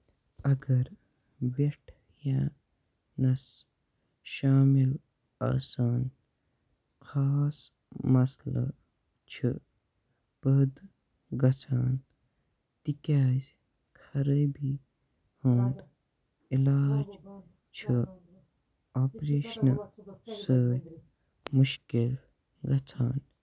اگر وٮ۪ٹھ یا نَس شٲمِل آسان خاص مسلہٕ چھِ پٲدٕ گژھان تِکیٛازِ خرٲبی ہُنٛد علاج چھُ آپریشنہٕ سۭتۍ مشکل گژھان